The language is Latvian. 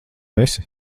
esi